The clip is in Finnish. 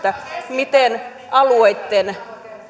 miten alueita miten